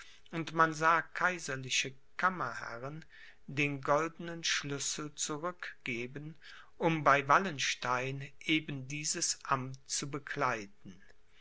und man sah kaiserliche kammerherren den goldenen schlüssel zurückgeben um bei wallenstein eben dieses amt zu bekleiden